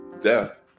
death